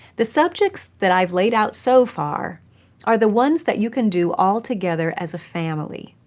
the subjects that i have laid out so far are the ones that you can do all together as a family.